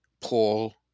Paul